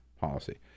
policy